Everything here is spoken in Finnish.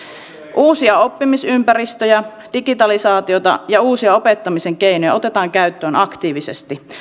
uusia oppimisympäristöjä digitalisaatiota ja uusia opettamisen keinoja otetaan käyttöön aktiivisesti